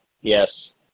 Yes